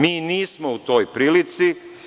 Mi nismo u toj prilici.